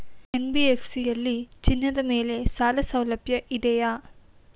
NBFC ಯಲ್ಲಿ ಚಿನ್ನದ ಮೇಲೆ ಸಾಲಸೌಲಭ್ಯ ಇದೆಯಾ?